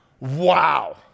Wow